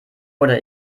oder